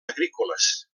agrícoles